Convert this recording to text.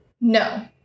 No